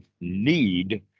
need